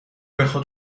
بخاد